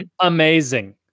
amazing